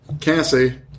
Cassie